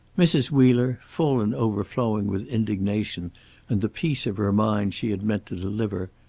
mrs. wheeler, full and overflowing with indignation and the piece of her mind she had meant to deliver,